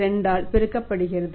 2 ஆல் பெருக்கபடுகிறது